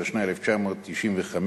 התשנ"ה 1995,